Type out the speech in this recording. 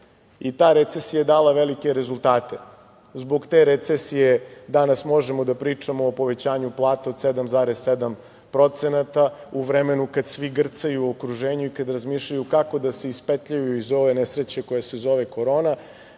i ta recesija je dala velike rezultate. Zbog te recesije danas možemo da pričamo o povećanju plata od 7,7% u vremenu kad svi grcaju u okruženju i kada razmišljaju kako da se ispetljaju iz ove nesreće koja se zove korona.